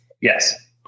Yes